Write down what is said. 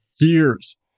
years